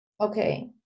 Okay